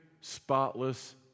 spotless